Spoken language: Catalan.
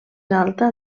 alta